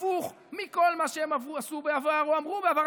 הפוך מכל מה שהם עשו בעבר או אמרו בעבר.